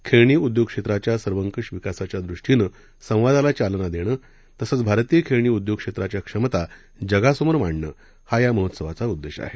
खेळणी उद्योगक्षेत्राच्या सर्वंकष विकासाच्या दृष्टीनं संवादाला चालना देणं तसंच भारतीय खेळणी उद्योग क्षेत्राच्या क्षमता जगासमोर मांडणं हा या महोत्सवाचा उद्देश आहे